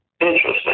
Interesting